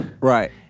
Right